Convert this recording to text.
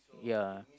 ya